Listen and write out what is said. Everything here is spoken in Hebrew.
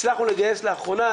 הצלחנו לגייס לאחרונה,